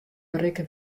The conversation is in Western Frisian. berikke